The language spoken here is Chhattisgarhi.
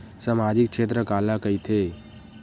सामजिक क्षेत्र काला कइथे?